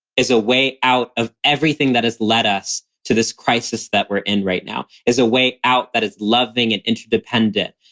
is a way out of everything that has led us to this crisis that we're in right now. is a way out that is loving and interdependent.